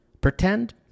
Pretend